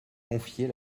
confier